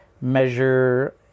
measure